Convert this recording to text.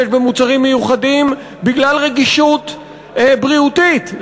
במוצרים מיוחדים בגלל רגישות בריאותית.